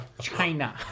China